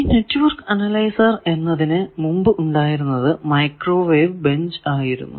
ഈ network analyser എന്നതിന് മുമ്പ് ഉണ്ടായിരുന്നത് മൈക്രോവേവ് ബെഞ്ച് ആയിരുന്നു